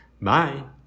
bye